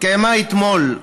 התקיימה אתמול,